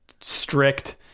strict